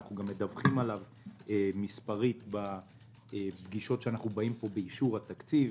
ואנחנו גם מדווחים עליו בנתונים בפגישות שלנו פה בעניין אישורי התקציב.